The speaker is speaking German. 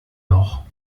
noch